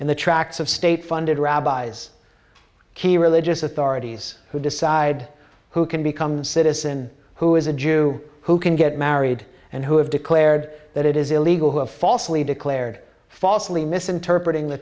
the tracks of state funded rabbis key religious authorities who decide who can become citizen who is a jew who can get married and who have declared that it is illegal who have falsely declared falsely misinterpreting the